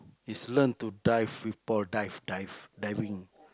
is learn to dive with Paul dive dive diving